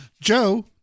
Joe